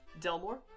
Delmore